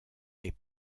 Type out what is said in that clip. est